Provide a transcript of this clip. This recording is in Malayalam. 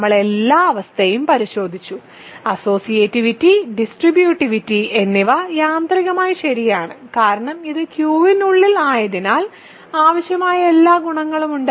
നമ്മൾ എല്ലാ അവസ്ഥയും പരിശോധിച്ചു അസ്സോസിയേറ്റിവിറ്റി ഡിസ്ട്രിബ്യൂട്ടിവിറ്റി എന്നിവ യാന്ത്രികമായി ശരിയാണ് കാരണം ഇത് Q നുള്ളിൽ ആയതിനാൽ ആവശ്യമായ എല്ലാ ഗുണങ്ങളും ഉണ്ട്